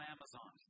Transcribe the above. Amazon